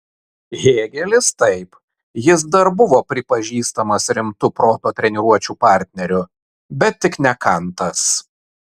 hėgelis taip jis dar buvo pripažįstamas rimtu proto treniruočių partneriu bet tik ne kantas